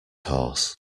horse